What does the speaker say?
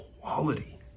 quality